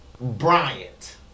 Bryant